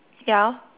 ya lor